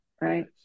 Right